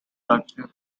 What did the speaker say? archive